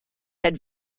had